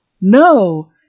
no